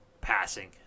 passing